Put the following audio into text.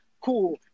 cool